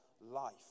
life